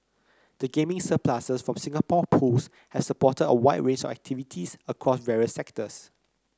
the gaming surpluses from Singapore Pools have supported a wide range of activities across various sectors